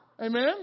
Amen